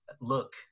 look